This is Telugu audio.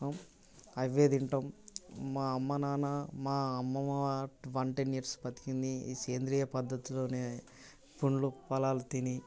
అవే తింటాము మా అమ్మ నాన్న మా అమ్మమ్మ వన్ టెన్ ఇయర్స్ బ్రతికింది ఈ సేంద్రీయ పద్ధతిలోనే పండ్లు ఫలాలు తిని